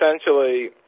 essentially